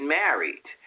married